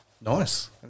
Nice